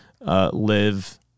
Live